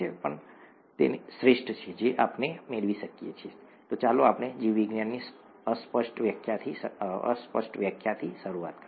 અને તે શ્રેષ્ઠ છે જે આપણે મેળવી શકીએ છીએ અને ચાલો આપણે જીવવિજ્ઞાનની અસ્પષ્ટ વ્યાખ્યાથી શરૂઆત કરીએ